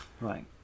Right